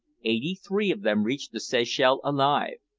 eighty-three of them reached the seychelles alive.